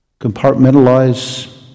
compartmentalize